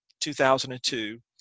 2002